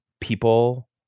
people